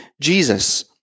Jesus